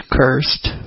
cursed